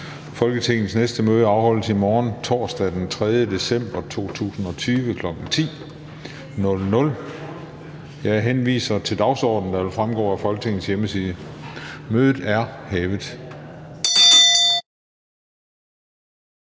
Folketingets næste møde afholdes i morgen, torsdag den 3. december 2020, kl. 10.00. Jeg henviser til den dagsorden, der vil fremgå af Folketingets hjemmeside. Mødet er hævet.